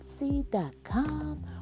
Etsy.com